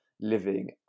living